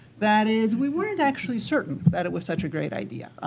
that is, we weren't actually certain that it was such a great idea.